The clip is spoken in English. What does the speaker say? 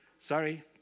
Sorry